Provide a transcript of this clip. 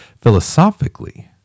Philosophically